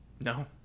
No